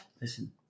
Listen